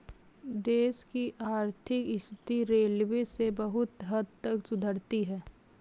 देश की आर्थिक स्थिति रेलवे से बहुत हद तक सुधरती है